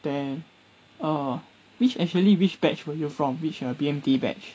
then err which actually which batch were you from which err B_M_T batch